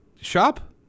shop